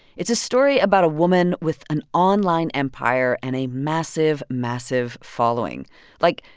it's a story about a woman with an online empire and a massive, massive following like,